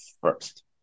first